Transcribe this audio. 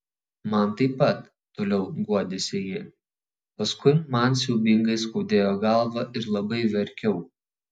man taip pat toliau guodėsi ji paskui man siaubingai skaudėjo galvą ir labai verkiau